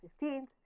15th